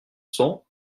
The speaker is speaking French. cents